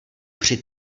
při